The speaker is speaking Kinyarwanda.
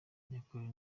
nyakuri